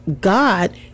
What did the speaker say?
God